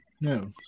No